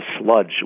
sludge